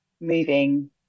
moving